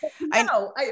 No